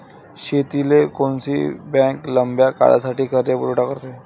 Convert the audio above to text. शेतीले कोनची बँक लंब्या काळासाठी कर्जपुरवठा करते?